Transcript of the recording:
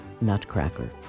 Nutcracker